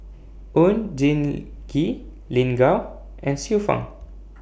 Oon Jin Gee Lin Gao and Xiu Fang